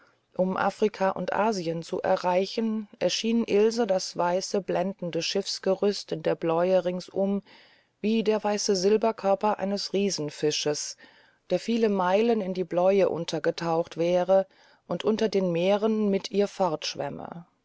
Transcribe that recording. um afrika und asien zu erreichen erschien ilse das weiße blendende schiffsgerüst in der bläue ringsum wie der weiße silberkörper eines riesenfisches der viele meilen in die bläue untergetaucht wäre und unter den meeren mit ihr